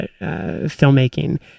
filmmaking